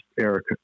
Eric